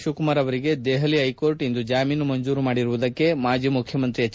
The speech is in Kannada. ಶಿವಕುಮಾರ್ ಅವರಿಗೆ ದೆಹಲಿ ಹೈಕೋಟ್ ಇಂದು ಜಾಮೀನು ಮಂಜೂರು ಮಾಡಿರುವುದಕ್ಕೆ ಮಾಜಿ ಮುಖ್ಯಮಂತ್ರಿ ಎಚ್